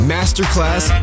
Masterclass